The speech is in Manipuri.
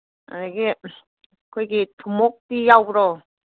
ꯑꯗꯒꯤ ꯑꯩꯈꯣꯏꯒꯤ ꯊꯨꯃꯣꯛꯇꯤ ꯌꯥꯎꯕ꯭ꯔꯣ